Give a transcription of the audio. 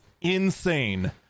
insane